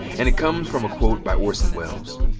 and it comes from a quote by orson welles.